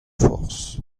forzh